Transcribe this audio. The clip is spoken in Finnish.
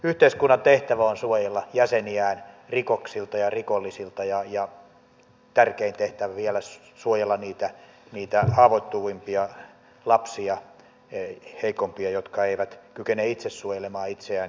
yhteiskunnan tehtävä on suojella jäseniään rikoksilta ja rikollisilta ja vielä tärkein tehtävä suojella niitä haavoittuvimpia lapsia heikompia jotka eivät kykene itse suojelemaan itseään